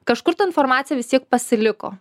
kažkur ta informacija vis tiek pasiliko